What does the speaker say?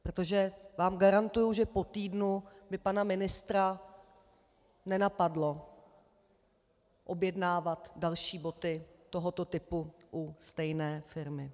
Protože vám garantuji, že po týdnu by pana ministra nenapadlo objednávat další boty tohoto typu u stejné firmy.